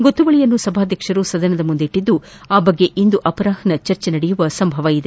ಗೊತ್ತುವಳಿಯನ್ನು ಸಭಾಧ್ಯಕ್ಷರು ಸದನದ ಮುಂದಿಟ್ಟದ್ದು ಆ ಬಗ್ಗೆ ಇಂದು ಅಪರ್ನಾಹ ಚರ್ಚೆ ನಡೆಯುವ ಸಂಭವವಿದೆ